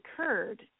occurred